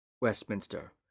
Westminster